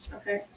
Okay